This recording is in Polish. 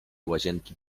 łazienki